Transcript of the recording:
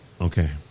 Okay